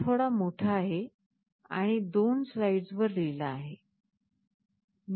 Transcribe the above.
हा थोडा मोठा आहे आणि दोन स्लाईड्स वर लिहिला आहे